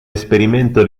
esperimento